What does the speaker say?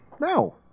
No